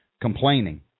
complaining